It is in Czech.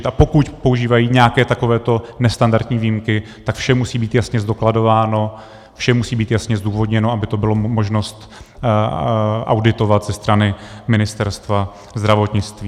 A pokud používají nějaké takovéto nestandardní výjimky, tak vše musí být jasně zdokladováno, všem musí být jasně zdůvodněno, aby to bylo možnost auditovat ze strany Ministerstva zdravotnictví.